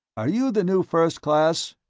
are you the new first class?